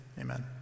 amen